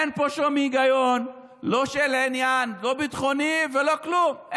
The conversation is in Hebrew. אין פה שום היגיון, לא של עניין ביטחוני ולא כלום.